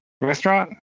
restaurant